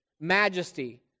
Majesty